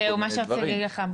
זהו, זה מה שרציתי להגיד לך.